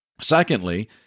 Secondly